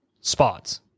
spots